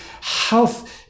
health